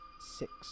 six